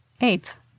Eighth